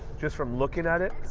just from looking at it,